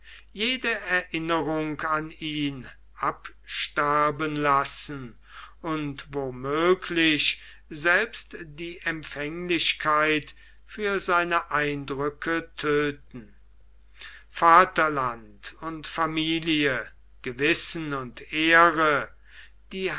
jede erinnerung an ihn absterben lassen und wo